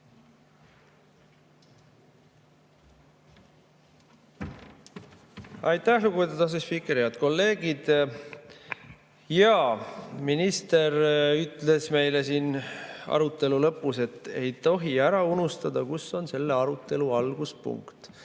Aitäh, lugupeetud asespiiker! Head kolleegid! Jaa, minister ütles meile arutelu lõpus, et ei tohi ära unustada, kus on selle arutelu alguspunkt.